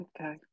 Okay